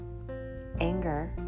Anger